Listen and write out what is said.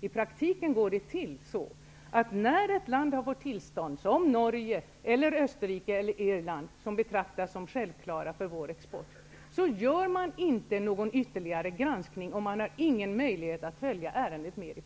Det går i praktiken till så, att när ett land har fått tillstånd -- såsom Norge, Österrike eller Irland, vilka betraktas självklara för vår export -- gör man inte någon ytterligare granskning. Man har därmed ingen möjlighet att i